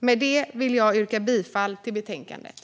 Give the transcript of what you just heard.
Med det yrkar jag bifall till förslaget i betänkandet.